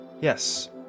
Yes